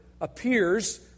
Appears